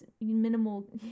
minimal